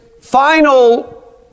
final